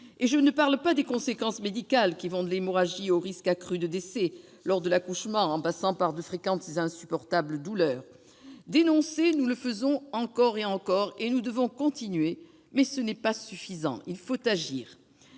Et je ne parle pas des conséquences médicales, qui vont de l'hémorragie au risque accru de décès lors de l'accouchement, en passant par de fréquentes et insupportables douleurs. Dénoncer, nous le faisons, encore et encore, et nous devons continuer. Mais ce n'est pas suffisant. Il faut agir